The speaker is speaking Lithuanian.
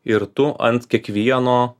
ir tu ant kiekvieno